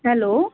hello